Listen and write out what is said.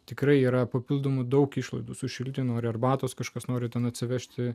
tikrai yra papildomų daug išlaidų sušildė noriu arbatos kažkas nori ten atsivežti